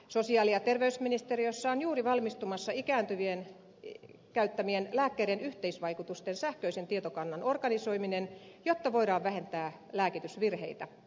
sosiaali ja terveysministeriössä on juuri valmistumassa ikääntyvien käyttämien lääkkeiden yhteisvaikutusten sähköisen tietokannan organisoiminen jotta voidaan vähentää lääkitysvirheitä